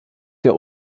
der